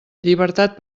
llibertat